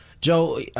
Joe